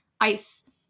ice